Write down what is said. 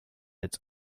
its